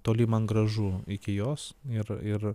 toli man gražu iki jos ir ir